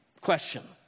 Question